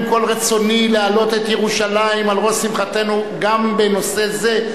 עם כל רצוני להעלות את ירושלים על ראש שמחתנו גם בנושא זה,